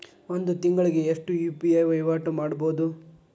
ಒಂದ್ ತಿಂಗಳಿಗೆ ಎಷ್ಟ ಯು.ಪಿ.ಐ ವಹಿವಾಟ ಮಾಡಬೋದು?